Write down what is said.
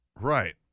Right